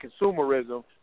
consumerism